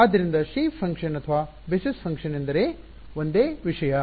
ಆದ್ದರಿಂದ shape function ಅಥವಾ basis function ಎಂದರೆ ಒಂದೇ ವಿಷಯ